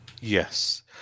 Yes